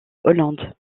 hollande